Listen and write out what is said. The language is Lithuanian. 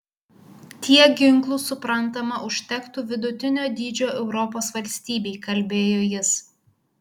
tiek ginklų suprantama užtektų vidutinio dydžio europos valstybei kalbėjo jis